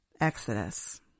Exodus